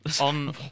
on